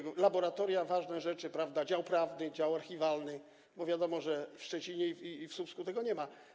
Chodzi o laboratoria, ważne rzeczy, prawda, dział prawny, dział archiwalny, bo wiadomo, że w Szczecinie i w Słupsku tego nie ma.